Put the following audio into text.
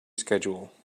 schedule